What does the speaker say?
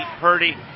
Purdy